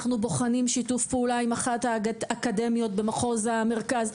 אנחנו בוחנים שיתוף פעולה עם אחת האקדמיות במחוז המרכז,